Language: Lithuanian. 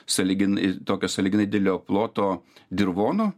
sąlygin tokio sąlyginai didelio ploto dirvono